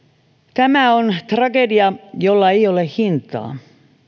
tämä on tragedia jolla ei ole hintaa